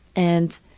and